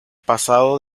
pasado